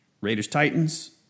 Raiders-Titans